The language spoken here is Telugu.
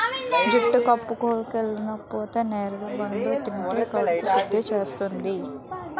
జుట్టు కడుపులోకెళిపోతే నేరడి పండు తింటే కడుపు సుద్ధి చేస్తాది